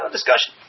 Discussion